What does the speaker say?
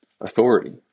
authority